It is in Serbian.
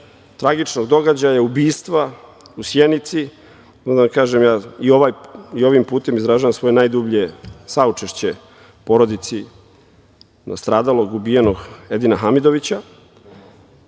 tragičnog događaja, ubistva u Sjenici, da vam kažem da i ovim putem izražavam svoje najdublje saučešće porodici nastradalog, ubijenog Edina Hamidovića.